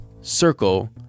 Circle